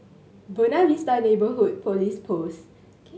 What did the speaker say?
Buona Vista Neighbourhood Police Post